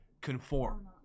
conform